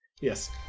Yes